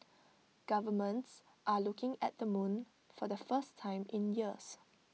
governments are looking at the moon for the first time in years